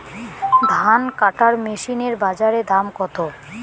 ধান কাটার মেশিন এর বাজারে দাম কতো?